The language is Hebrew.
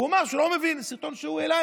הוא אמר שהוא לא מבין, זה סרטון שהוא העלה.